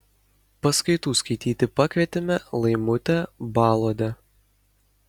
paskaitų skaityti pakvietėme laimutę baluodę